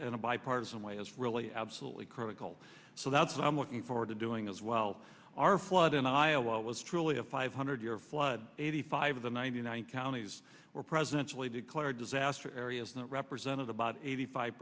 in a bipartisan way is really absolutely critical so that's what i'm looking forward to doing as well our flood in iowa what was truly a five hundred year flood eighty five of the ninety nine counties were presidential he declared disaster areas not represented about eighty five